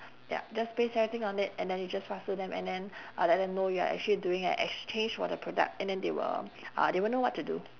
yup just paste everything on it and then you just pass to them and then uh let them know you're actually doing a exchange for the product and then they will uh they will know what to do